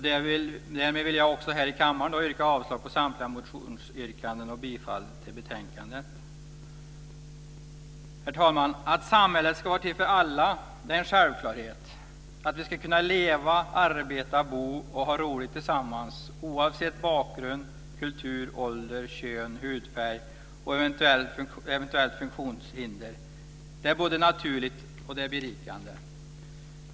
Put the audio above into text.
Därmed vill jag också här i kammaren yrka avslag på samtliga motionsyrkanden och bifall till förslaget i betänkandet. Herr talman! Att samhället ska vara till för alla är en självklarhet. Att vi ska kunna leva, arbeta, bo och ha roligt tillsammans oavsett bakgrund, kultur, ålder, kön, hudfärg och eventuellt funktionshinder är både naturligt och berikande.